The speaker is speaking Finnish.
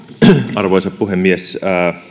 arvoisa puhemies